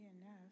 enough